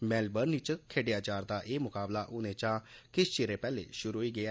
Melbourne च खेड्डेआ जा'रदा एह् मुकाबला हुनै चा किश चिर पैहले शुरू होई गेआ